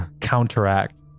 counteract